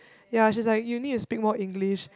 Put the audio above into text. ya she's like you need to speak more English